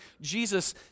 Jesus